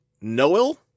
Noel